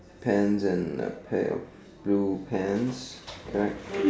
pants and peels blue pants correct